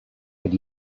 had